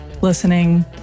listening